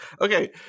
Okay